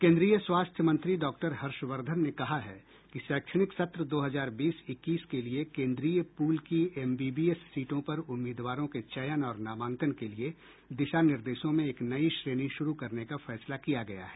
केन्द्रीय स्वास्थ्य मंत्री डॉक्टर हर्षवर्धन ने कहा है कि शैक्षणिक सत्र दो हजार बीस इक्कीस के लिए केन्द्रीय पूल की एमबीबीएस सीटों पर उम्मीदवारों के चयन और नामांकन के लिए दिशा निर्देशों में एक नई श्रेणी शुरू करने का फैसला किया गया है